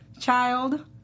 child